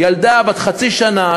ילדה בת חצי שנה,